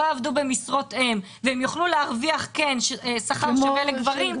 יעבדו במשרות אם ויוכלו להרוויח שכר שווה לגברים,